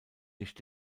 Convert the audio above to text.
nicht